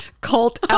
cult